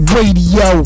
Radio